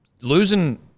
Losing